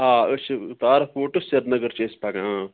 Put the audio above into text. آ أڑۍ چھِ تارٕک پورٹٕس سریٖنگر چھِ أسۍ پَکان